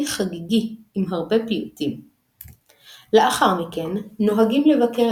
קערה מלאה קמח ובה נרתיקי פול ירוק סימן ברכה לשנה ירוקה,